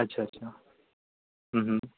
अच्छा अच्छा